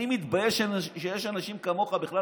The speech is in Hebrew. אני מתבייש שיש אנשים כמוך בכלל